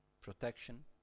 protection